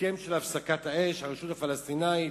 הסכם של הפסקת אש, הרשות הפלסטינית.